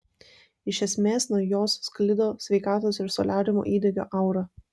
iš esmės nuo jos sklido sveikatos ir soliariumo įdegio aura